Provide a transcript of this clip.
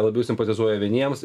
labiau simpatizuoja vieniems